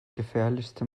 gefährlichste